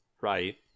right